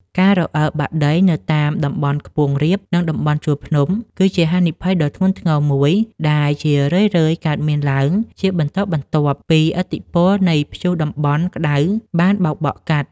ការរអិលបាក់ដីនៅតាមតំបន់ខ្ពង់រាប និងតំបន់ជួរភ្នំ គឺជាហានិភ័យដ៏ធ្ងន់ធ្ងរមួយដែលជារឿយៗកើតមានឡើងជាបន្តបន្ទាប់បន្ទាប់ពីឥទ្ធិពលនៃព្យុះតំបន់ក្ដៅបានបោកបក់កាត់។